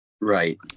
Right